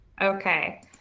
Okay